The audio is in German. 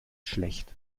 schlecht